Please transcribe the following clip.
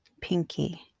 pinky